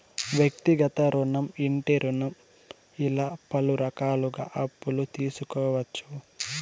వ్యక్తిగత రుణం ఇంటి రుణం ఇలా పలు రకాలుగా అప్పులు తీసుకోవచ్చు